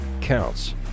counts